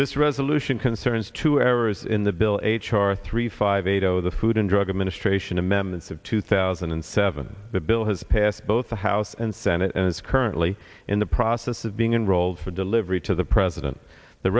this resolution concerns two errors in the bill h r three five eight zero the food and drug administration amendments of two thousand and seven the bill has passed both the house and senate and is currently in the process of being enrolled for delivery to the president the